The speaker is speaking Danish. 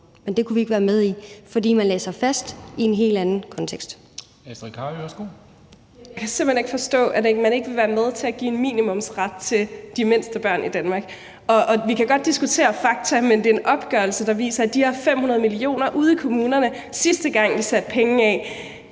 Dam Kristensen): Fru Astrid Carøe, værsgo. Kl. 17:45 Astrid Carøe (SF): Jeg kan simpelt hen ikke forstå, at man ikke vil være med til at give en minimumsret til de mindste børn i Danmark. Og vi kan godt diskutere fakta, men det er en opgørelse, der viser, at de her 500 mio. kr., sidste gang vi satte penge af,